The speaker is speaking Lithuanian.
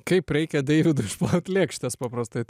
kaip reikia deividui išplaut lėkštes paprastai